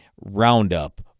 Roundup